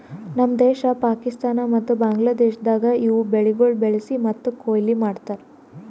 ನಮ್ ದೇಶ, ಪಾಕಿಸ್ತಾನ ಮತ್ತ ಬಾಂಗ್ಲಾದೇಶದಾಗ್ ಇವು ಬೆಳಿಗೊಳ್ ಬೆಳಿಸಿ ಮತ್ತ ಕೊಯ್ಲಿ ಮಾಡ್ತಾರ್